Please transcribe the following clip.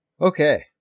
Okay